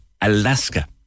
Alaska